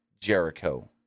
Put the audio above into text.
Jericho